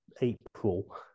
April